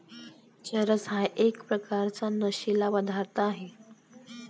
चरस हा एक प्रकारचा नशीला पदार्थ आहे